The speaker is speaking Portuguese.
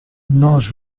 nós